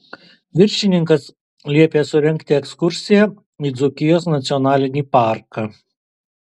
viršininkas liepė surengti ekskursiją į dzūkijos nacionalinį parką